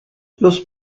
los